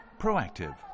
proactive